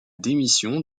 démission